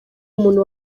umuntu